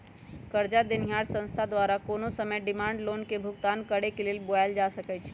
करजा देनिहार संस्था द्वारा कोनो समय डिमांड लोन के भुगतान करेक लेल बोलायल जा सकइ छइ